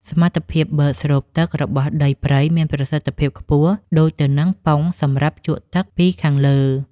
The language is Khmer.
សមត្ថភាពបឺតស្រូបទឹករបស់ដីព្រៃមានប្រសិទ្ធភាពខ្ពស់ដូចទៅនឹងប៉ុងសម្រាប់ជក់ទឹកពីខាងលើ។